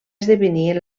esdevenir